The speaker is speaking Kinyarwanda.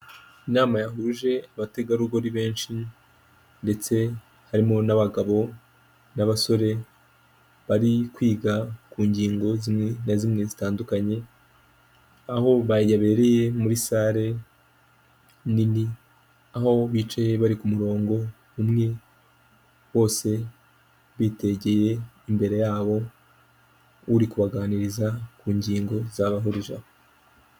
Inama yahuje abategarugori benshi ndetse harimo n'abagabo n'abasore bari kwiga ku ngingo zimwe na zimwe zitandukanye, aho yabereye ni muri sale nini, aho bicaye bari ku murongo umwe bose bitegeye imbere yabo, uri kubaganiriza ku ngingo zabahurije aho.